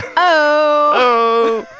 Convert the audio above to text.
oh